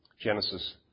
Genesis